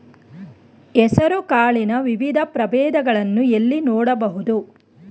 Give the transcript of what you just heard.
ಹೆಸರು ಕಾಳಿನ ವಿವಿಧ ಪ್ರಭೇದಗಳನ್ನು ಎಲ್ಲಿ ನೋಡಬಹುದು?